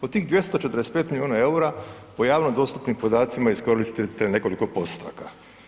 Od tih 245 milijuna eura po javno dostupnim podacima, iskoristili ste nekoliko postotaka.